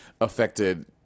affected